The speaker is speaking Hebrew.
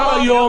כבר היום,